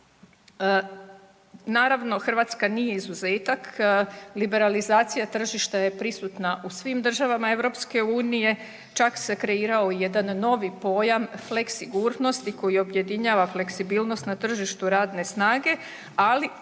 Naravno, Hrvatska nije izuzetak, liberalizacija tržišta je prisutna u svim državama EU, čak se kreirao i jedan novi pojam fleksigurnosti koji objedinjava fleksibilnost na tržištu radne snage,